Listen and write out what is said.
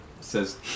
says